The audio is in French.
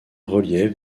relief